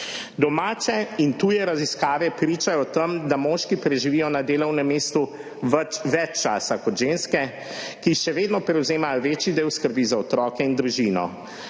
Domače in tuje raziskave pričajo o tem, da moški preživijo na delovnem mestu več časa kot ženske, ki še vedno prevzemajo večji del skrbi za otroke in družino.